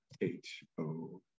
h-o